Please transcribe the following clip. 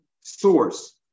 source